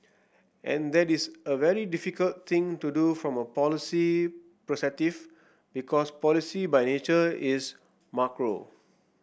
and that is a very difficult thing to do from a policy perspective because policy by nature is macro